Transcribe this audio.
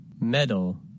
Metal